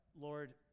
Lord